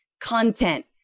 content